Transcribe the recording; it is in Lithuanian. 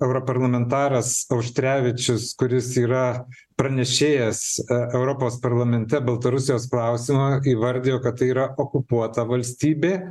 europarlamentaras auštrevičius kuris yra pranešėjas europos parlamente baltarusijos klausimu įvardijo kad tai yra okupuota valstybė